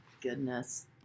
goodness